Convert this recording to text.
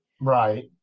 right